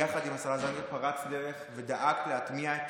יחד עם השרה זנדברג פרצת דרך ודאגת להטמיע את